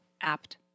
Apt